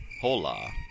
Hola